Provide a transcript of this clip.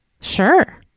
Sure